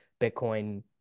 Bitcoin